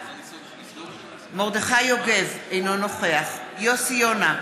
בעד מרדכי יוגב, אינו נוכח יוסי יונה,